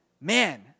Man